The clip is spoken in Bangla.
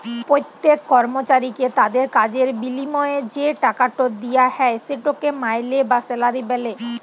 প্যত্তেক কর্মচারীকে তাদের কাজের বিলিময়ে যে টাকাট দিয়া হ্যয় সেটকে মাইলে বা স্যালারি ব্যলে